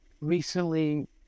recently